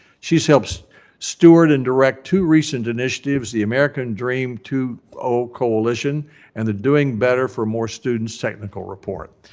she's helped steward and direct two recent initiatives, the american dream two o coalition and the doing better for more students technical report.